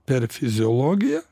per fiziologiją